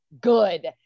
good